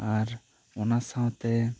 ᱟᱨ ᱚᱱᱟ ᱥᱟᱶᱛᱮ